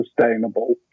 sustainable